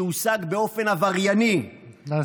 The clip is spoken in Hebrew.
שהושג באופן עברייני, נא לסיים.